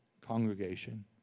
congregation